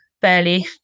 fairly